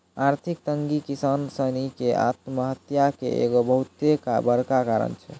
आर्थिक तंगी किसानो सिनी के आत्महत्या के एगो बहुते बड़का कारण छै